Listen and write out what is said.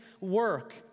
work